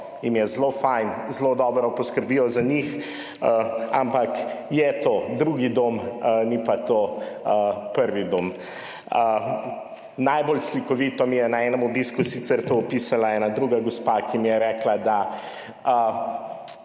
Jim je zelo fajn, zelo dobro poskrbijo za njih, ampak je to drugi dom, ni pa to prvi dom. Najbolj slikovito mi je na enem obisku sicer to opisala ena druga gospa, ki mi je rekla: